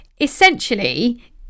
Essentially